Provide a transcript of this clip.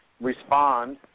respond